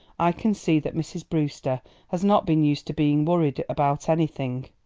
i can see that mrs. brewster has not been used to being worrited about anything,